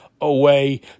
away